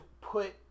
put